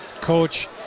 coach